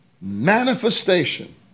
manifestation